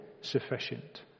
sufficient